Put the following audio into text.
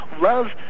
Love